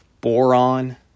Boron